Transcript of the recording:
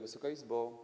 Wysoka Izbo!